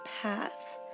path